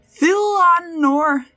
Philonor